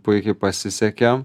puikiai pasisekė